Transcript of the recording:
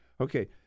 Okay